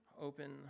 open